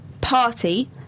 party